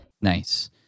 Nice